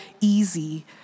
easy